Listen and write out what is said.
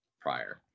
prior